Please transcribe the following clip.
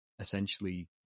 essentially